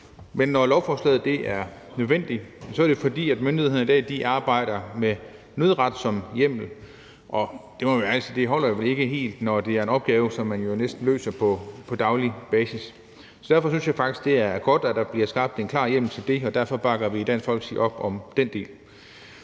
Men når lovforslaget er nødvendigt, er det, fordi myndighederne i dag arbejder med nødret som hjemmel. Der må man jo være ærlig og sige, at det ikke holder helt, når det er en opgave, som næsten løses på daglig basis. Derfor synes jeg faktisk, det er godt, at der bliver skabt en klar hjemmel til det. Derfor bakker vi i Dansk Folkeparti op om den del.